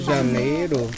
Janeiro